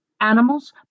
animals